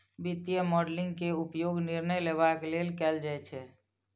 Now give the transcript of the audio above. वित्तीय मॉडलिंग के उपयोग निर्णय लेबाक लेल कैल जाइ छै